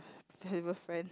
valuable friend